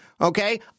Okay